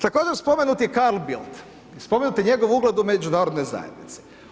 Također, spomenut je Carl Bildt i spomenut je njegov ugled u međunarodnoj zajednici.